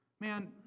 Man